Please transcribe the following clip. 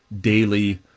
daily